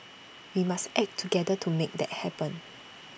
we must act together to make that happen